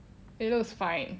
it looks fine